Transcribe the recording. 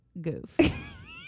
goof